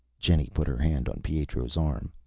jenny put her hand on pietro's arm.